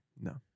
No